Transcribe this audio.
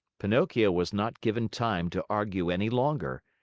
pinocchio was not given time to argue any longer,